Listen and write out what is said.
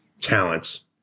talents